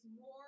more